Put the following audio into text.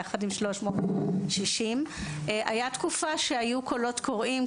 יחד עם 360. הייתה תקופה שהיו קולות קוראים,